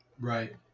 Right